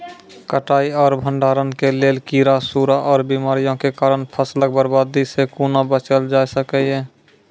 कटाई आर भंडारण के लेल कीड़ा, सूड़ा आर बीमारियों के कारण फसलक बर्बादी सॅ कूना बचेल जाय सकै ये?